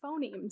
phonemes